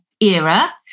era